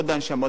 עוד הנשמות,